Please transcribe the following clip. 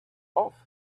off